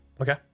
Okay